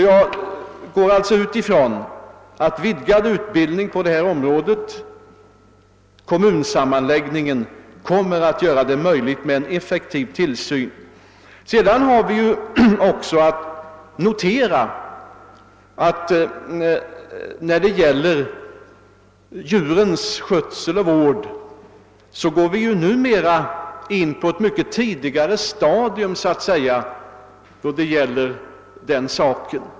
Jag går alltså ut ifrån att vidgad utbildning på detta område och kommunsammanläggningen kommer att göra det möjligt med en effektiv tillsyn. Vi kan också notera att man numera när det gäller djurens skötsel och vård går in på ett mycket tidigare stadium från samhällets sida.